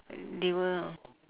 they will ah